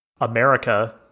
America